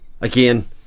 again